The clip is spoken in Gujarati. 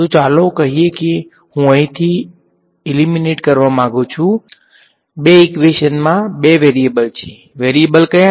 તો ચાલો કહીએ કે હું અહીંથી ઈલીમીનેટ કરવા માંગુ છું બે ઈક્વેશન મા બે વેરીએબલ્સ છે વેરીએબલ્સ ક્યાં છે